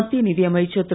மத்திய நிதி அமைச்சர் திரு